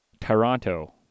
Toronto